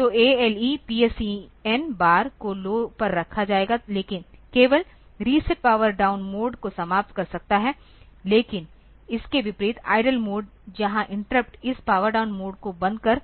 तो ALE PSEN बार को लौ पर रखा जाएगा केवल रीसेट पावर डाउन मोड को समाप्त कर सकता है लेकिन इसके विपरीत आईडील मोड जहां इंटरप्ट इस पावर डाउन मोड को बंद कर